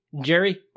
Jerry